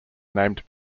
named